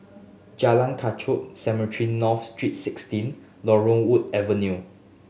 Jalan Kechot Cemetry North Street Sixteen Laurel Wood Avenue